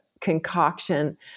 concoction